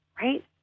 right